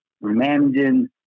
managing